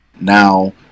Now